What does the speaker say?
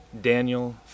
Daniel